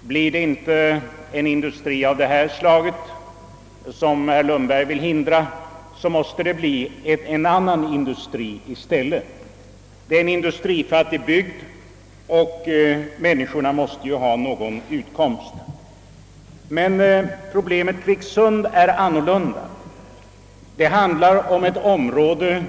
Tillkommer det inte en industri av det slag som herr Lundberg nu vill förhindra, får det bli en annan industri i stället; befolkningen i området måste ju ha någon utkomstmöjlighet. Problemet Kvicksund ligger annorlunda till. Det handlar där om ett område